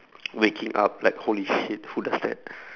waking up like holy shit who does that